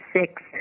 six